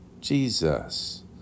Jesus